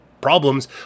problems